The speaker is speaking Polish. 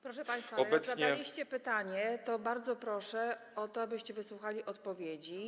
Proszę państwa, jak zadaliście pytanie, to bardzo proszę o to, abyście wysłuchali odpowiedzi.